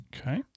Okay